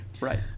Right